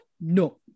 no